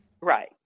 right